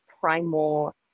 primal